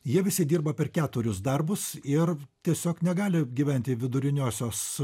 jie visi dirba per keturis darbus ir tiesiog negali gyventi viduriniosios